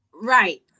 Right